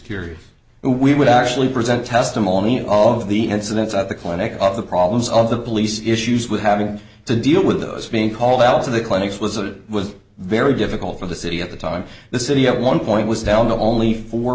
if we would actually present testimony at all of the incidents of the clinic of the problems of the police issues with having to deal with those being called out in the clinics was it was very difficult for the city at the time the city at one point was down not only fo